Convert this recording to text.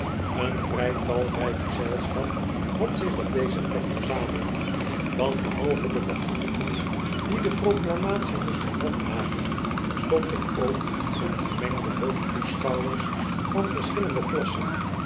een vrjj talrijk gezelschap had zich op deze plek verzameld want behalve de beambten die de proclamatie moesten handhaven stond er ook een gemengde hoop toeschouwers van verschillende klassen